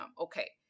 Okay